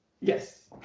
yes